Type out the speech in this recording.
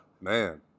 Man